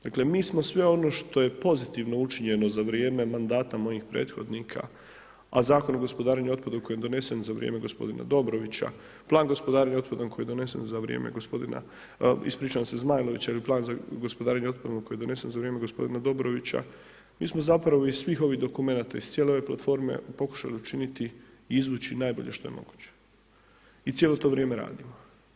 Dakle, mi smo sve ono što je pozitivno učinjeno za vrijeme mandata mojih prethodnika, a Zakona o gospodarenju otpadu, koji je donesen za vrijeme gospodina Dobrovića, plan gospodarenja otpadom, koji je donesen za vrijeme ispričavam se Zmajlovića, jer je plan gospodarenjem otpadom, koji je donesen za vrijeme g. Dobrovića, mi smo zapravo iz svih ovih dokumenata, iz cijele ove platforme, pokušali učiniti i izvući najbolje što je moguće i cijelo to vrijeme radimo.